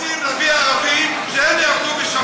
רוצים להביא ערבים, שהם יעבדו בשבת.